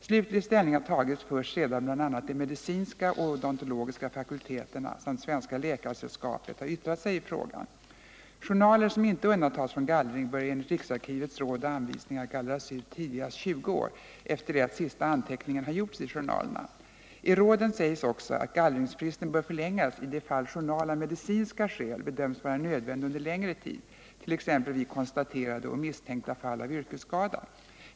Slutlig ställning har tagits först sedan bl.a. de medicinska och odontologiska fakulteterna samt Svenska läkaresällskapet har yttrat sig i frågan. Journaler som inte undantas från gallring bör enligt riksarkivets råd och anvisningar gallras ut tidigast 20 år efter det att sista anteckningen har gjorts i journalerna. I råden sägs också att gallringsfristen bör förlängas i de fall journal av medicinska skäl bedöms vara nödvändig under längre tid,t.ex. vid konstaterade och misstänkta fall av yrkesskada.